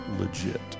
legit